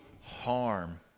harm